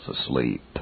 asleep